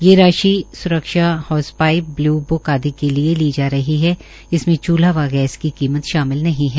ये राशि स्रक्षा होज पाइप ब्ल् ब्क आदि के लिए ली जा रही है इससे चूल्हा व गैस की कीमत शामिल नहीं है